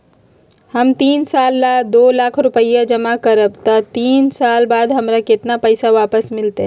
हम तीन साल ला दो लाख रूपैया जमा करम त तीन साल बाद हमरा केतना पैसा वापस मिलत?